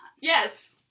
yes